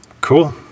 Cool